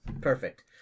Perfect